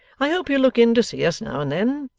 i hope you'll look in to see us now and then.